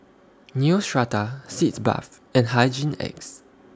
Neostrata Sitz Bath and Hygin X